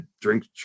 drink